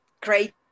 great